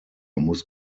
muss